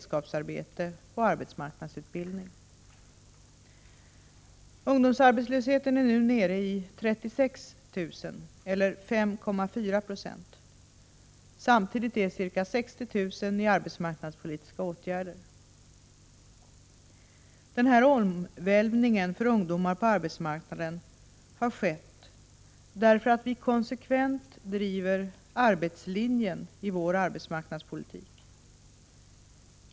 Samtidigt är ca 60 000 föremål för arbetsmarknadspolitiska åtgärder. Den här omvälvningen för ungdomar på arbetsmarknaden har skett därför att vi konsekvent driver arbetslinjen i vår arbetsmarknadspolitik.